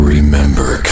Remember